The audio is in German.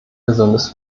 gesundes